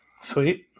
sweet